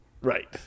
Right